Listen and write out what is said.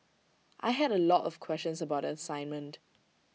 I had A lot of questions about the assignment